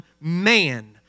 man